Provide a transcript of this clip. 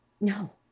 No